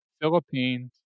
Philippines